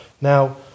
Now